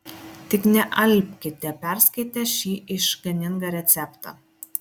tik nealpkite perskaitę šį išganingą receptą